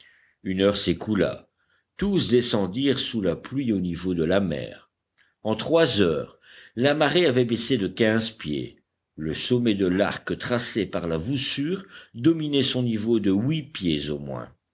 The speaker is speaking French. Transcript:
une heure s'écoula tous descendirent sous la pluie au niveau de la mer en trois heures la marée avait baissé de quinze pieds le sommet de l'arc tracé par la voussure dominait son niveau de huit pieds au moins